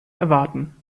erwarten